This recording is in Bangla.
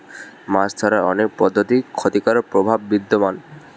মাছ ধরার অনেক পদ্ধতির ক্ষতিকারক প্রভাব বিদ্যমান